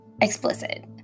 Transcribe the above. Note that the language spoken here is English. explicit